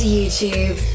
YouTube